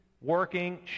working